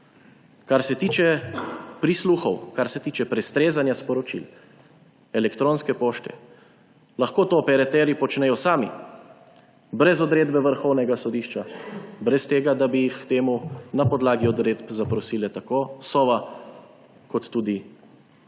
Kar se tiče prisluhov, kar se tiče prestrezanja sporočil, elektronske pošte, lahko to operaterji počnejo sami brez odredbe Vrhovnega sodišča, brez tega, da bi jih k temu na podlagi odredb zaprosile tako Sova in tudi Policija.